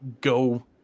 go